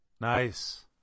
Nice